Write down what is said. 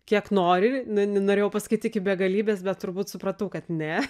kiek nori n norėjau pasakyt iki begalybės bet turbūt supratau kad ne